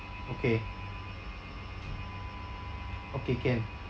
okay okay can